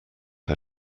how